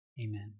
Amen